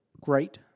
great